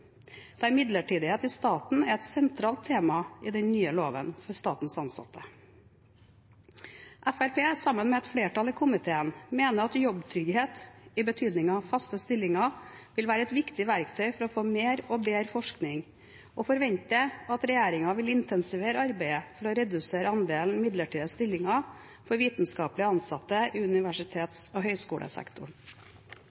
der midlertidighet i staten er et sentralt tema i den nye loven for statens ansatte. Fremskrittspartiet, sammen med et flertall i komiteen, mener at jobbtrygghet – i betydningen faste stillinger – vil være et viktig verktøy for å få mer og bedre forskning, og forventer at regjeringen vil intensivere arbeidet for å redusere andelen midlertidige stillinger for vitenskapelig ansatte i